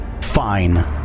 fine